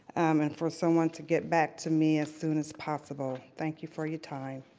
and for someone to get back to me as soon as possible. thank you for your time.